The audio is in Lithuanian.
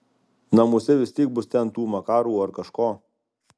namuose vis tiek bus ten tų makarų ar kažko